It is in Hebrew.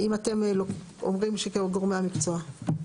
אם אתם אומרים כגורמי המקצוע.